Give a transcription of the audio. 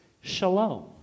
shalom